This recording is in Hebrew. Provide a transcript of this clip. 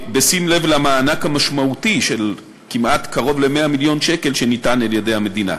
בשים לב למענק המשמעותי של קרוב ל-100 מיליון שקל שניתן על-ידי המדינה.